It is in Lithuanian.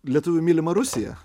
lietuvių mylima rusija